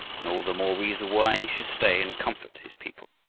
then all the more reason why he should stay and comfort his people.